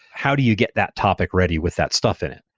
how do you get that topic ready with that stuff in it?